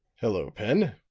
hello, pen,